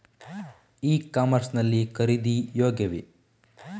E commerce ಲ್ಲಿ ಖರೀದಿ ಯೋಗ್ಯವೇ?